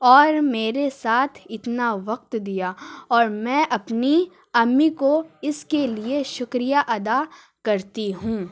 اور میرے ساتھ اتنا وقت دیا اور میں اپنی امی کو اس کے لیے شکریہ ادا کرتی ہوں